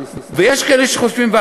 ויש כאלה שחושבים כך,